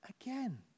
again